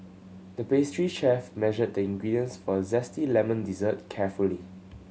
the pastry chef measured the ingredients for a zesty lemon dessert carefully